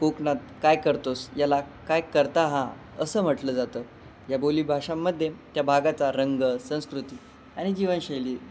कोकणात काय करतोस याला काय करता हा असं म्हटलं जातं या बोली भाषांमध्ये त्या भागाचा रंग संस्कृती आणि जीवनशैली